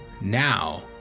Now